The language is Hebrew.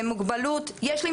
אדוני היושב-ראש, יש כללים